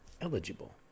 Eligible